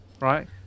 Right